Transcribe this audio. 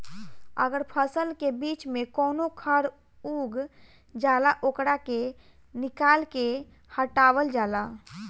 अगर फसल के बीच में कवनो खर उग जाला ओकरा के निकाल के हटावल जाला